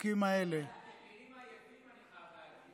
החוקים האלה, אתם נראים עייפים, אני חייב להגיד.